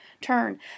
turn